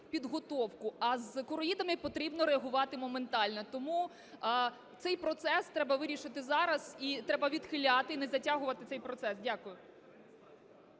а з короїдами потрібно реагувати моментально. Тому цей процес треба вирішити зараз, і треба відхиляти, і не затягувати цей процес. Дякую.